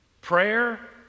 Prayer